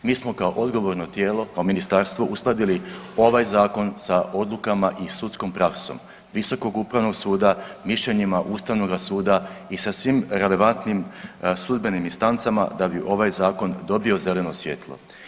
Mi smo kao odgovorno tijelo, kao ministarstvo, uskladili ovaj zakon sa odlukama i sudskom praksom Visokog upravnog suda, mišljenjima Ustavnog suda i sa svim relevantnim sudbenim distancama da bi ovaj zakon dobio zeleno svjetlo.